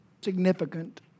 significant